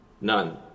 none